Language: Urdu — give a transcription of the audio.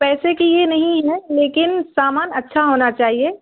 پیسے کی یہ نہیں ہے لیکن سامان اچھا ہونا چاہیے